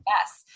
Yes